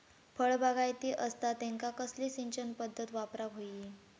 फळबागायती असता त्यांका कसली सिंचन पदधत वापराक होई?